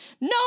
no